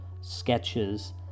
sketches